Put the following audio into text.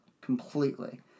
Completely